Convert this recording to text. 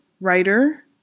writer